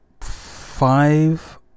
five